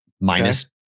minus